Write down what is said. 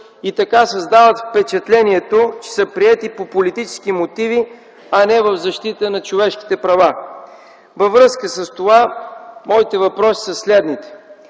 и така създават впечатлението, че са приети по политически мотиви, а не в защита на човешките права. Във връзка с това моите въпроси са следните.